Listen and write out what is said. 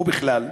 או בכלל,